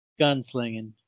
gunslinging